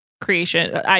creation